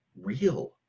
real